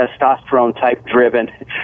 testosterone-type-driven